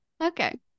Okay